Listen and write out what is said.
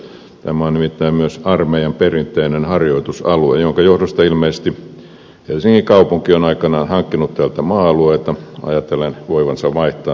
tämä on nimittäin myös armeijan perinteinen harjoitusalue minkä johdosta ilmeisesti helsingin kaupunki on aikanaan hankkinut täältä maa alueita ajatellen voivansa vaihtaa ne santahaminan saareen